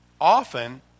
often